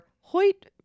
Hoyt